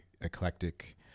Eclectic